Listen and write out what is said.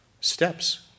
steps